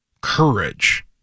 courage